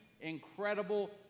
incredible